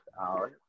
out